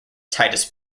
titus